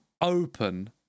open